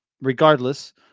regardless